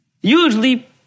Usually